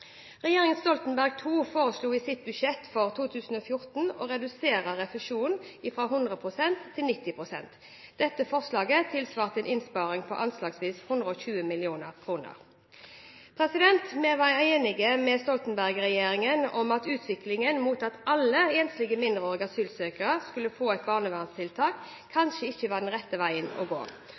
Regjeringen Stoltenberg II foreslo i sitt budsjett for 2014 å redusere refusjonen fra 100 pst. til 90 pst. Dette forslaget tilsvarte en innsparing på anslagsvis 120 mill. kr. Vi var enige med Stoltenberg-regjeringen i at utviklingen mot at alle enslige mindreårige asylsøkere skulle få et barnevernstiltak, kanskje ikke var den rette veien å gå,